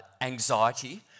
anxiety